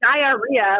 diarrhea